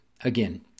Again